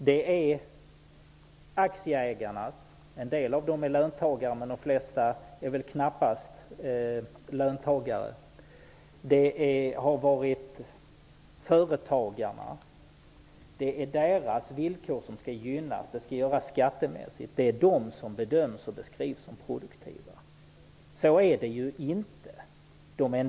De som brukar beskrivas som produktiva är aktieägarna -- en del av dem är löntagare, men knappast de flesta -- och företagarna, vilkas villkor skall gynnas skattemässigt. Men det är inte så.